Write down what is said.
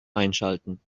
einschalten